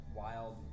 wild